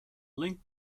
link